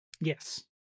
Yes